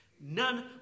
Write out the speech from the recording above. None